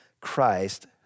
Christ